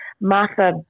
Martha